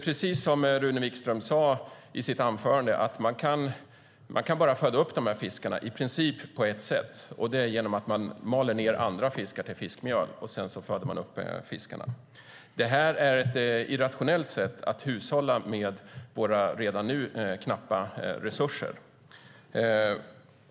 Precis som Rune Wikström sade i sitt anförande kan man i princip bara föda upp de här fiskarna på ett sätt: genom att man mal ned andra fiskar till fiskmjöl. Det är ett irrationellt sätt att hushålla med våra redan nu knappa resurser.